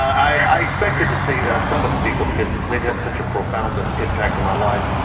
i expected to see some of the people because they'd had such a profound ah impact on my life.